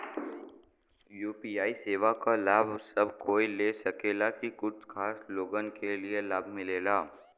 UPI सेवा क लाभ सब कोई ले सकेला की कुछ खास लोगन के ई लाभ मिलेला?